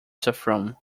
saffron